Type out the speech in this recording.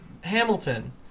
Hamilton